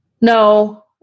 No